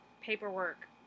paperwork